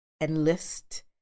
enlist